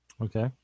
Okay